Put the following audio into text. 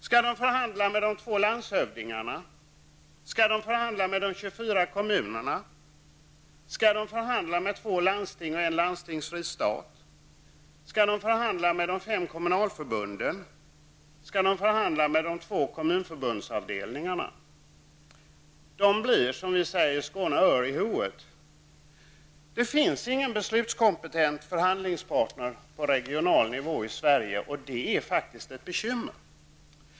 Skall de förhandla med de två landshövdingarna, med de 24 kommunerna, med två landsting och en landstingsfri stad, med de fem kommunalförbunden eller med de två kommunförbundsavdelningarna? De blir, som vi säger i Skåne r i hoved. Det finns ingen beslutskompetent förhandlingspartner på regional nivå i Sverige, och det är faktiskt ett bekymmer.